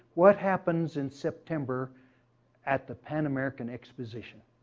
what happens in september at the pan american exposition?